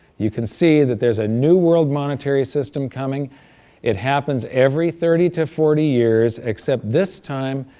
you can see, that there's a new world monetary system coming it happens every thirty to forty years except this time,